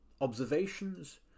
Observations